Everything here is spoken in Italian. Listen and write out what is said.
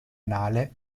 anale